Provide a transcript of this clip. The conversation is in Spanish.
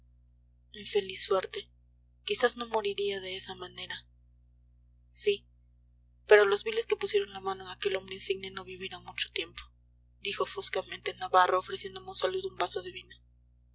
infeliz suerte quizás no moriría de esa manera sí pero los viles que pusieron la mano en aquel hombre insigne no vivirán mucho tiempo dijo foscamente navarro ofreciendo a monsalud un vaso